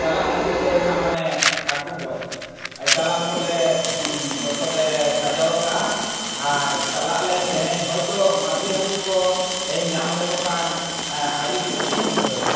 ᱪᱟᱞᱟᱜ ᱞᱟᱹᱜᱤᱫ ᱞᱮ ᱢᱟᱱᱟᱜ ᱢᱟᱱᱮ ᱦᱟᱹᱠᱩ ᱜᱚᱡ ᱡᱟᱞᱟᱢ ᱠᱚᱞᱮ ᱡᱚᱛᱚᱞᱮ ᱥᱟᱡᱟᱣ ᱟᱠᱟᱜᱼᱟ ᱟᱨ ᱪᱟᱞᱟᱜ ᱟᱞᱮ ᱛᱮᱦᱤᱮᱧ ᱦᱚᱭᱛᱳ ᱢᱟᱺᱜᱽᱨᱤ ᱦᱟᱹᱠᱩ ᱠᱚ ᱛᱮᱦᱮᱧ ᱧᱟᱢ ᱞᱮᱠᱚ ᱠᱷᱟᱱ ᱟᱹᱰᱤ ᱠᱩᱥᱤᱧ ᱵᱩᱡᱷᱟᱹᱣᱟ